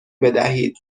بدهید